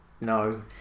no